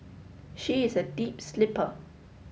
she is a deep sleeper